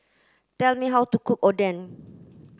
please tell me how to cook Oden